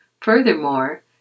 Furthermore